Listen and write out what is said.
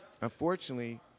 unfortunately